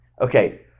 okay